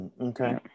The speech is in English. Okay